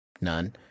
none